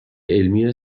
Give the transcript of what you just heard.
علمی